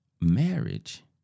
Marriage